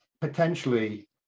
potentially